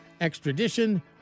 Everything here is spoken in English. extradition